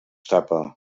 tapa